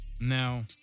Now